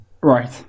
Right